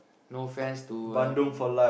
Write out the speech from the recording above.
no offence to an